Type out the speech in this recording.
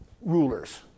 rulers